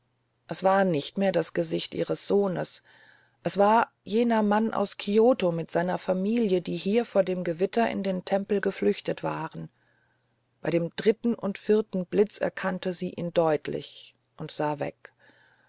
es war nicht mehr das gesicht ihres sohnes es war jener mann aus kioto mit seiner familie die hier vor dem gewitter in den tempel geflüchtet waren bei dem dritten und vierten blitz erkannte sie ihn deutlich und sah weg